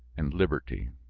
and liberty!